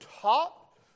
taught